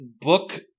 book